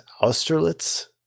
Austerlitz